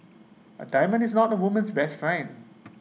A diamond is not A woman's best friend